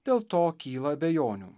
dėl to kyla abejonių